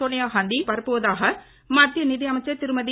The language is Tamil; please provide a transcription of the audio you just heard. சோனியாகாந்தி பரப்புவதாக மத்திய நிதியமைச்சர் திருமதி